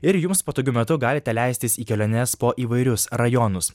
ir jums patogiu metu galite leistis į keliones po įvairius rajonus